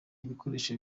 ibikoresho